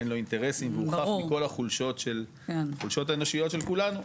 אין לו אינטרסים והוא חף מכל החולשות של האנושיות של כולנו,